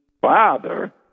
father